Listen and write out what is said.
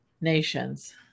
nations